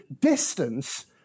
distance